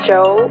Joe